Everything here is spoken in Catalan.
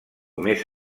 més